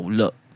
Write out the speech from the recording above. look